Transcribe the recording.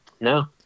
No